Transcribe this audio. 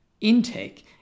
intake